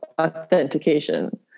authentication